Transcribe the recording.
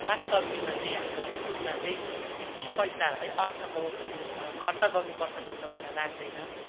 साग सब्जीमा चाहिँ हाम्रो भुटुनमा चाहिँ त्यति पैसा है अर्थको खर्च गर्नु पर्छजस्तो मलाई लाग्दैन